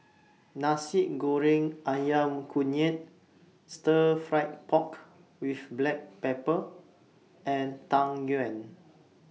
Nasi Goreng Ayam Kunyit Stir Fried Pork with Black Pepper and Tang Yuen